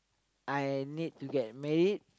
I need to get married